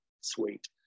sweet